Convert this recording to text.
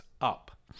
up